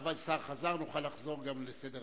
עכשיו השר חזר, נוכל לחזור גם לסדר-היום.